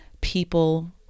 people